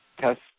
test